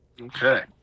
Okay